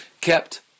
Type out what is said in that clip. kept